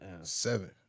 seven